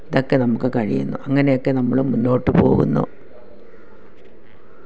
ഇതൊക്കെ നമുക്ക് കഴിയുന്നു അങ്ങനെയൊക്കെ നമ്മള് മുന്നോട്ടു പോവുന്നു